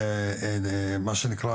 מה שנקרא,